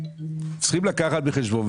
צריכים לקחת בחשבון,